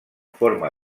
forma